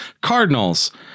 Cardinals